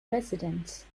residents